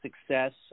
success